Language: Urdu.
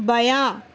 بیاں